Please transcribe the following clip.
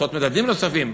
לעשות מדדים נוספים,